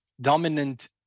dominant